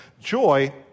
Joy